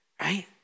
right